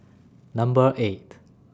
Number eight